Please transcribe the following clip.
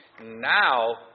now